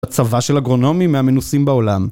צבא של אגרונומים מהמנוסים בעולם